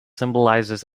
symbolizes